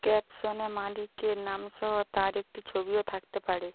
ক্যাপশনে মালিকের নামসহ তার একটি ছবিও থাকতে পারে